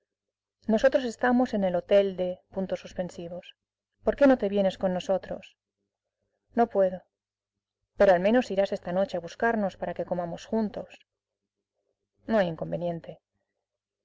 nosotros estamos en el hotel de por qué no te vienes con nosotros no puedo pero al menos irás esta noche a buscarnos para que comamos juntos no hay inconveniente